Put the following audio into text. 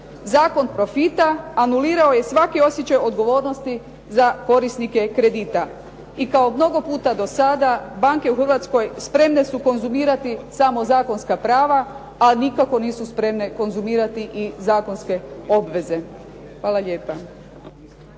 Zakon profita anulirao je svaki osjećaj odgovornosti za korisnike kredita. I kao mnogo puta do sada, banke u Hrvatskoj spremne su konzumirati samo zakonska prava, a nikako nisu spremne konzumirati i zakonske obveze. Hvala lijepa.